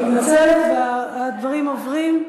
אני מתנצלת, והדברים עוברים.